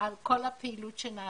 על כל הפעילות שנעשית,